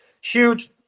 huge